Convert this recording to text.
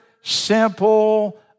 simple